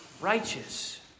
righteous